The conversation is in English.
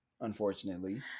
Unfortunately